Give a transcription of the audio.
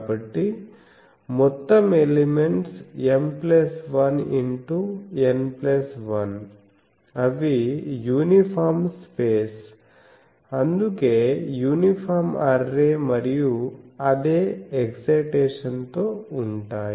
కాబట్టి మొత్తం elements M1 x N 1 అవి యూనిఫామ్ స్పేస్ అందుకే యూనిఫామ్ అర్రే మరియు అదే ఎక్సయిటేషన్ తో ఉంటాయి